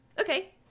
Okay